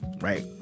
Right